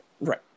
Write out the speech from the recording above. Right